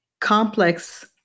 complex